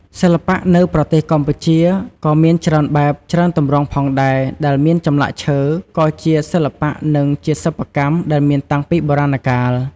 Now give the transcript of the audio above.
សិល្បៈនៅប្រទេសកម្ពុជាក៏មានច្រើនបែប ច្រើនទម្រង់ផងដែរដែលមានចម្លាក់ឈើក៏ជាសិល្បៈនិងជាសិប្បកម្មដែលមានតាំងពីបុរាណកាល។